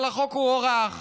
אבל החוק הוארך